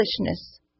foolishness